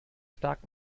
stark